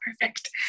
perfect